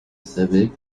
savais